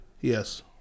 Yes